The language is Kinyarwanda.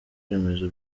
remezo